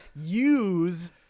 use